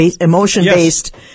emotion-based